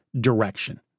direction